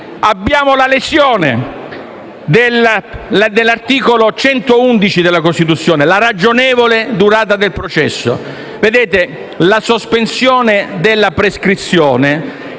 Abbiamo la lesione dell'articolo 111 della Costituzione: la ragionevole durata del processo. Colleghi, la sospensione della prescrizione,